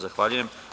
Zahvaljujem.